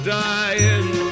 dying